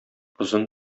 озын